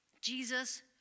Jesus